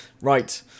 Right